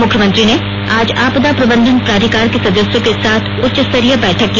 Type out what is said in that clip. मुख्यमंत्री ने आज आपदा प्रबंधन प्राधिकार के सदस्यों के साथ उच्च स्तरीय बैठक की